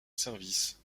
service